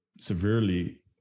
severely